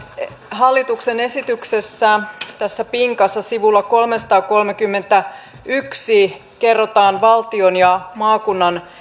hallituksen esityksessä tässä pinkassa sivulla kolmesataakolmekymmentäyksi kerrotaan valtion ja maakunnan